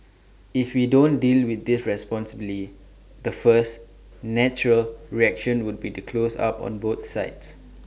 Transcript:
if we don't deal with this responsibly the first natural reaction will be to close up on both sides